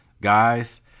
guys